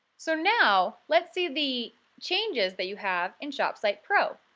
so now, let's see the changes that you have in shopsite pro.